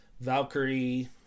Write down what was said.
Valkyrie